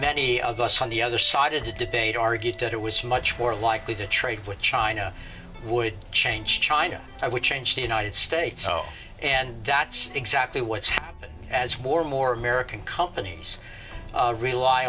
many of us on the other side of the debate argued that it was much more likely to trade with china would change china i would change the united states and that's exactly what's happened as more and more american companies rely